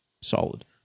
solid